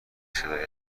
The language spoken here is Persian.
صدای